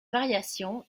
variation